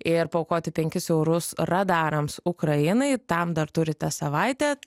ir paaukoti penkis eurus radarams ukrainai tam dar turite savaitę